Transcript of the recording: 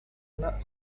anak